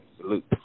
Salute